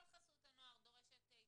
כל חסות הנוער דורשת התייחסות,